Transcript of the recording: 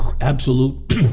Absolute